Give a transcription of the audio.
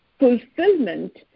fulfillment